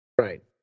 Right